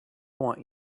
want